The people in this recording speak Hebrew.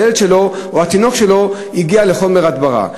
הילד שלו או התינוק שלו הגיעו לחומר הדברה.